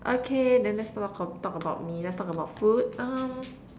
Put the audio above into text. okay then let's not not talk about me let's talk about food um